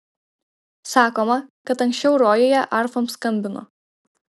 sakoma kad anksčiau rojuje arfom skambino